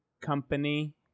company